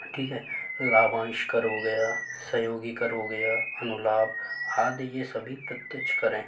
ठीक है लाभांश कर हो गया सहयोगी कर हो गया अनुलाभ आदि ये सभी प्रत्यक्ष कर हैं